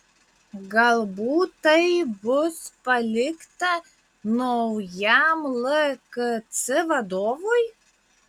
galbūt tai bus palikta naujam lkc vadovui